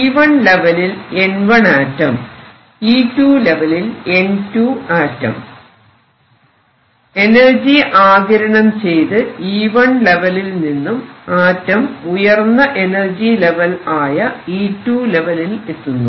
E1 ലെവലിൽ N1 ആറ്റം E2 ലെവലിൽ N2 ആറ്റം എനർജി ആഗിരണം ചെയ്ത് E1 ലെവലിൽ നിന്നും ആറ്റം ഉയർന്ന എനർജി ലെവൽ ആയ E2 ലെവലിൽ എത്തുന്നു